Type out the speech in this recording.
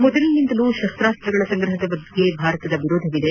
ಮೊದಲಿನಿಂದಲೂ ಶಸ್ತಾಸ್ತಗಳ ಸಂಗ್ರಹದ ಬಗ್ಗೆ ಭಾರತದ ವಿರೋಧವಿದೆ